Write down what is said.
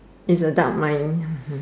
it's a dark mind